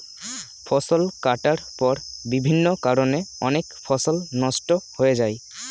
ফসল কাটার পর বিভিন্ন কারণে অনেক ফসল নষ্ট হয়ে যায়